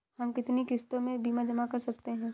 हम कितनी किश्तों में बीमा जमा कर सकते हैं?